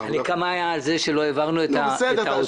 הנקמה הייתה על זה שלא העברנו את האוצר.